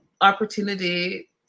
opportunity